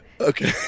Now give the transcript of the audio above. Okay